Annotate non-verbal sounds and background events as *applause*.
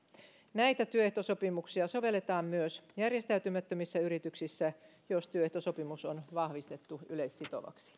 näitä työehtosopimuksia sovelletaan myös järjestäytymättömissä yrityksissä jos työehtosopimus on vahvistettu yleissitovaksi *unintelligible*